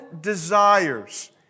desires